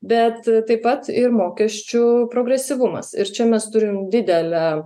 bet taip pat ir mokesčių progresyvumas ir čia mes turim didelę